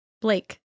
Blake